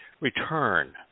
return